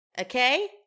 Okay